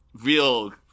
real